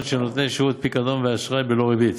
של נותן שירותי פיקדון ואשראי בלא ריבית,